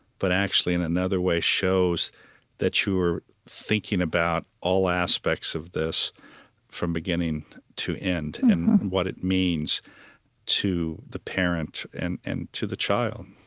but actually, in another way, shows that you are thinking about all aspects of this from beginning to end and what it means to the parent and and to the child